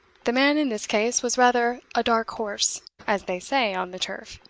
the man in this case was rather a dark horse as they say on the turf.